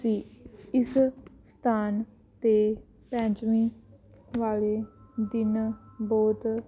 ਸੀ ਇਸ ਸਥਾਨ 'ਤੇ ਪੰਚਵੀਂ ਵਾਲੇ ਦਿਨ ਬਹੁਤ